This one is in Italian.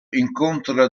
incontra